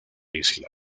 isla